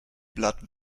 blood